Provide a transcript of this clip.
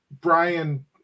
Brian